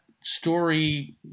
story